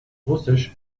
russisch